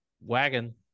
Wagon